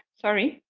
sorry